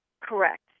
correct